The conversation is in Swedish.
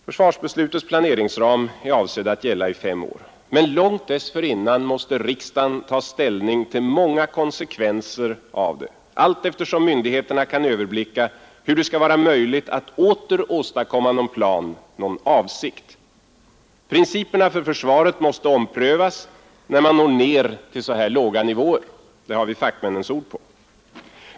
Försvarsbeslutets planeringsram är avsedd att gälla i fem år. Men långt dessförinnan måste riksdagen ta ställning till många konsekvenser av det, allteftersom myndigheterna kan överblicka hur det skall vara möjligt att åter åstadkomma någon plan, någon avsikt. Principerna för försvaret måste omprövas när man når ner till så här låga nivåer — det har vi fackmännens ord på.